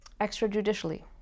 extrajudicially